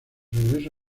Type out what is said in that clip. regreso